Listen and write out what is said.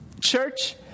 Church